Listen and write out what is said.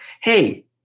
hey